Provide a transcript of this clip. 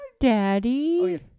daddy